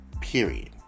Period